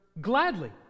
gladly